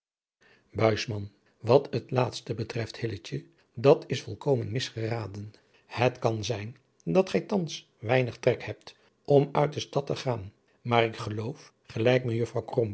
wat het laatste betreft hilletje adriaan loosjes pzn het leven van hillegonda buisman dat is volkomen mis geraden het kan zijn dat gij thans weinig trek hebt om uit de stad te gaan maar ik geloof gelijk mejuffrouw